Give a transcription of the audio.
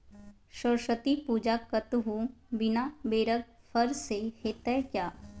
सरस्वती पूजा कतहु बिना बेरक फर सँ हेतै?